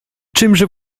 czymże